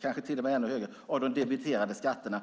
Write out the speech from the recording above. kanske till och med ännu mer, av de debiterade skatterna.